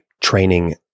training